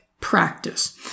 practice